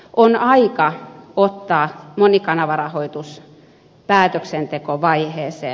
on aika ottaa monikanavarahoitus päätöksentekovaiheeseen